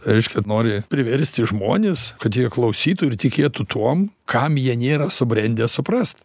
reiškia nori priversti žmones kad jie klausytų ir tikėtų tuom kam jie nėra subrendę suprast